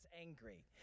angry